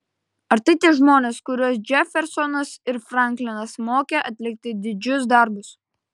ar tai tie žmonės kuriuos džefersonas ir franklinas mokė atlikti didžius darbus